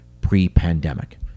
pre-pandemic